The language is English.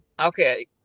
Okay